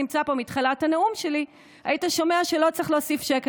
מתחילת הנאום שלי היית שומע שלא צריך להוסיף שקל,